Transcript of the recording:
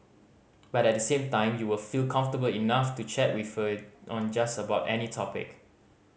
but at the same time you will feel comfortable enough to chat with her on just about any topic